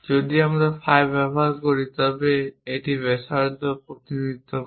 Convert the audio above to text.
যদি আমরা phi ব্যবহার করি তবে এটি ব্যাসকে প্রতিনিধিত্ব করে